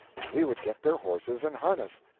and we would get their horses and harness.